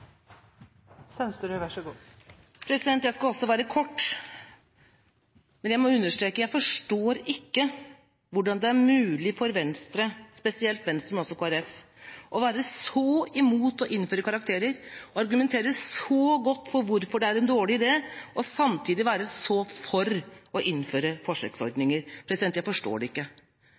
å være så imot å innføre karakterer, og argumentere så godt for hvorfor det er en dårlig idé, og samtidig være så for å innføre forsøksordninger. Jeg forstår det ikke.